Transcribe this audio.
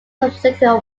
secretary